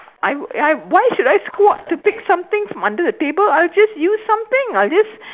I I why should I squat to pick some things under the table I'll just use something I'll just